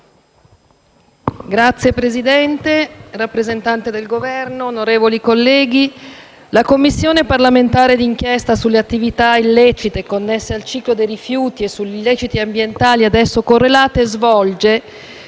Signor Presidente, rappresentanti del Governo, onorevoli colleghi, la Commissione parlamentare d'inchiesta sulle attività illecite connesse al ciclo dei rifiuti e sugli illeciti ambientali ad esso correlati svolge,